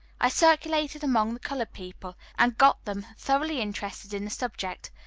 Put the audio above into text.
i circulated among the colored people, and got them thoroughly interested in the subject,